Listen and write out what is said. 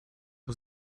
was